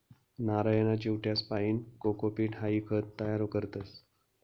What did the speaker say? नारयना चिवट्यासपाईन कोकोपीट हाई खत तयार करतस